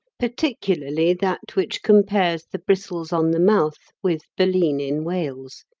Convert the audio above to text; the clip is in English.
particularly that which compares the bristles on the mouth with baleen in whales,